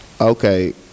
Okay